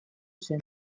zen